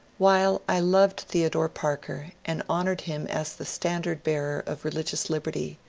while i loved theodore parker and honoured him as the standard-bearer of religious liberty,